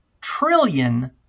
trillion